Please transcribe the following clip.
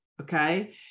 Okay